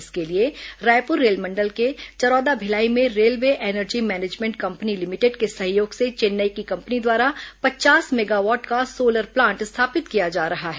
इसके लिए रायपुर रेलमंडल के चरौदा भिलाई में railway energy management company limited के सहयोग से चेन्नई की कंपनी द्वारा पचास मेगावॉट का सोलर प्लांट स्थापित किया जा रहा है